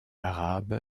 arabe